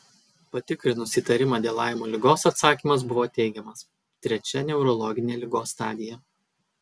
patikrinus įtarimą dėl laimo ligos atsakymas buvo teigiamas trečia neurologinė ligos stadija